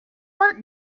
work